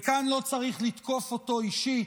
וכאן לא צריך לתקוף אותו אישית,